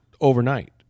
overnight